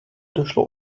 došlo